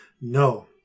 No